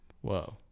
whoa